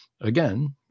Again